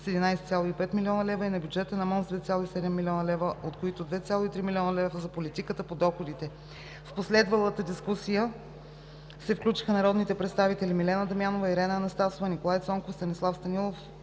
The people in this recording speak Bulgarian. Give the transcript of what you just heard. на отбраната и науката с 2,7 млн. лв., от които 2,3 млн. лв. за политика по доходите. В последвалата дискусия се включиха народните представители Милена Дамянова, Ирена Анастасова, Николай Цонков, Станислав Станилов,